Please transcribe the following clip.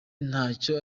ntacyo